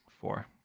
four